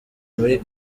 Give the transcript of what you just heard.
muri